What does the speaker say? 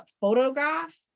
Photograph